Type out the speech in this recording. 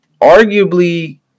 arguably